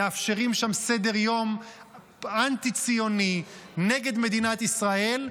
מאפשרים שם סדר-יום אנטי-ציוני נגד מדינת ישראל,